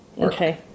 Okay